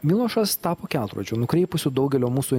milošas tapo kelrodžiu nukreipusiu daugelio mūsų